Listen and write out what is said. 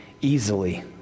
easily